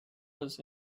was